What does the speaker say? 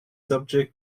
subject